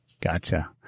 Gotcha